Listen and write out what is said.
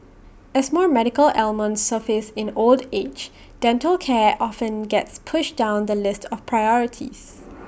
as more medical ailments surface in old age dental care often gets pushed down the list of priorities